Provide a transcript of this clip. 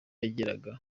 yageraga